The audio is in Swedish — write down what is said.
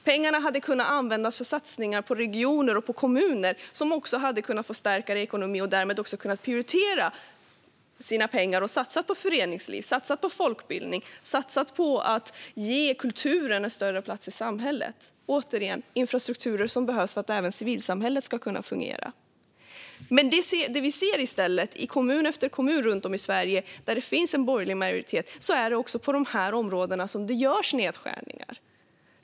Pengarna hade kunnat användas för satsningar på regioner och kommuner, som då hade kunnat få starkare ekonomi och därmed också kunnat prioritera att satsa på föreningsliv, på folkbildning, på att ge kulturen en större plats i samhället och, återigen, på infrastrukturer som behövs för att även civilsamhället ska kunna fungera. Det vi i stället ser i kommun efter kommun med borgerlig majoritet runt om i Sverige är att det är just på dessa områden det görs nedskärningar.